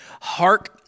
Hark